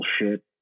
bullshit